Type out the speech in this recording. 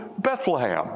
Bethlehem